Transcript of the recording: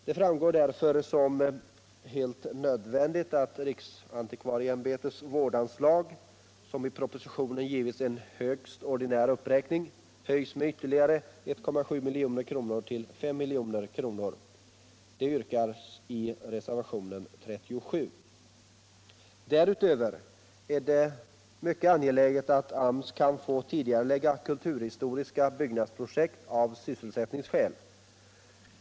Det framstår därför som helt nödvändigt att riksantikvarieämbetets vårdanslag, som i propositionen givits en högst ordinär uppräkning, höjs med ytterligare 1,7 milj.kr. till 5 milj.kr. Vi yrkar detta i reservationen 37. Därutöver är det mycket angeläget att AMS kan få tidigarelägga kulturhistoriska byggnadsprojekt av sysselsättningsskäl.